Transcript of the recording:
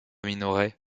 minoret